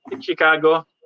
Chicago